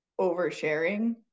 oversharing